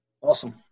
awesome